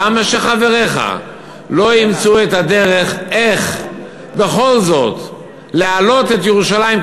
למה שחבריך לא ימצאו את הדרך איך בכל זאת להעלות את ירושלים,